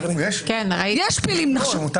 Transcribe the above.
יש פלילים נחשב.